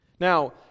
Now